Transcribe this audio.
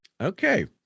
okay